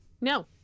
No